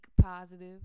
positive